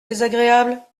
désagréable